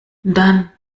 dann